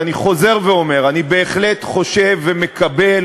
ואני חוזר ואומר: אני בהחלט חושב ומקבל